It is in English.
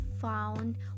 found